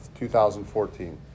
2014